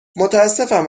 متاسفم